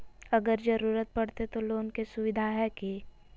अगर जरूरत परते तो लोन के सुविधा है की?